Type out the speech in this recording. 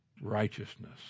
righteousness